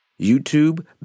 YouTube